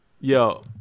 Yo